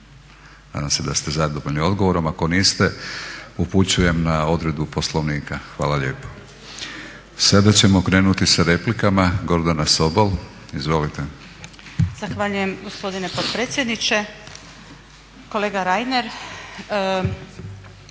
Nadam se da ste zadovoljni odgovorom, ako niste upućujem na odredbu Poslovnika. Hvala lijepo. Sada ćemo krenuti sa replikama, Gordana Sobol, izvolite. **Sobol, Gordana (SDP)** Zahvaljujem gospodine potpredsjedniče. Kolega Reiner,